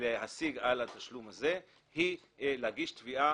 להשיג על התשלום הזה היא להגיש תביעה